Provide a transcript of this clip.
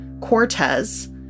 Cortez